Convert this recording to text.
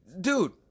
dude